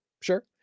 Sure